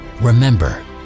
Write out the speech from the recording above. Remember